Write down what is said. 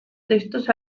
textos